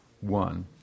one